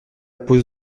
pose